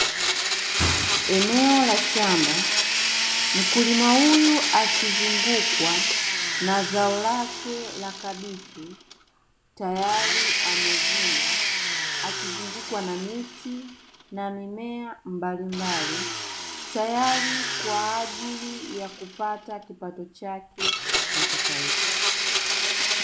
Eneo la shamba mkulima huyu akizungukwa na zao lake la kabichi tayari amevuna akizungukwa na miti na mimea mbalimbali, tayari kwa ajili ya kupata kipato chake na cha taifa.